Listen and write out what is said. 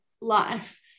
life